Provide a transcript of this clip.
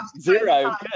Zero